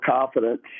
confidence